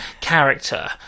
Character